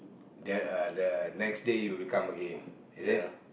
that uh the next day will come again is it